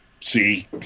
See